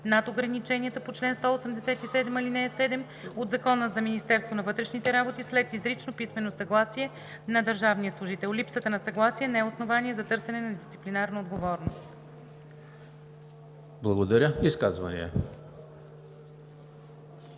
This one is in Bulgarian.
над ограниченията по чл. 187, ал. 7 от Закона за Министерството на вътрешните работи след изрично писмено съгласие на държавния служител. Липсата на съгласие не е основание за търсене на дисциплинарна отговорност.“